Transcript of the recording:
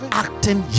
acting